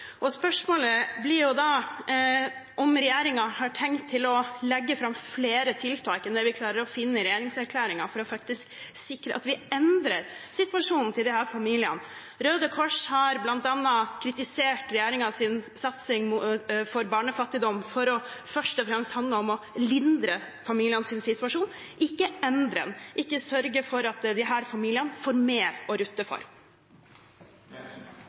Spørsmålet blir da om regjeringen har tenkt å legge fram flere tiltak enn det vi klarer å finne i regjeringserklæringen, for faktisk å sikre at vi endrer situasjonen til disse familiene. Røde Kors har bl.a. kritisert regjeringens satsing på barnefattigdom for først og fremst å handle om å lindre familienes situasjon, ikke endre den – ikke sørge for at disse familiene får mer å rutte med. Jeg er glad for